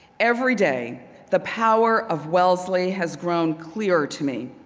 everyday the power of wellesley has grown clearer to me.